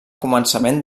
començament